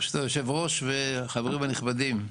ברשות יושב הראש והחברים הנכבדים.